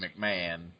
McMahon